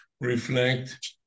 reflect